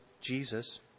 Jesus